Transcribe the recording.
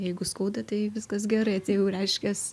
jeigu skauda tai viskas gerai tai jau reiškias